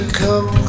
come